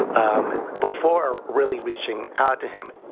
um before really reaching out to him